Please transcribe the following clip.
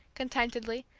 contentedly,